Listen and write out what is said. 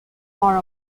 far